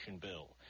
bill